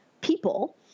people